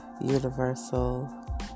Universal